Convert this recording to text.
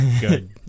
Good